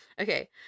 Okay